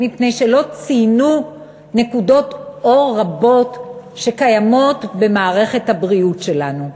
מפני שלא ציינו נקודות אור רבות שקיימות במערכת הבריאות שלנו.